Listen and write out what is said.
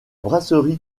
brasserie